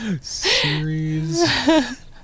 Series